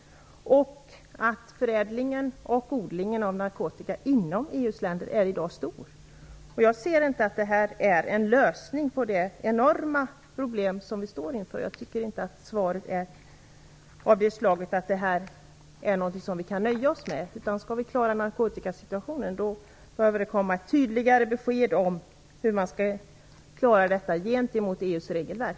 Förädlingen och odlingen av narkotika är stor i EU-länderna i dag. Jag kan inte se att detta är en lösning på det enorma problem som vi står inför. Jag tycker inte att svaret är sådant att vi kan nöja oss med detta. Skall vi klara narkotikasituationen måste det komma ett tydligare besked om hur vi skall klara detta gentemot EU:s regelverk.